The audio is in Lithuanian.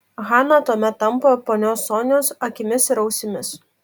hana tuomet tampa ponios sonios akimis ir ausimis